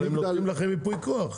אבל הם נותנים לכם ייפוי כוח.